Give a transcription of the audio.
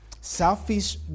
Selfish